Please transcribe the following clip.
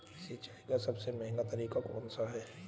सिंचाई का सबसे महंगा तरीका कौन सा है?